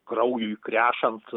kraujui krešant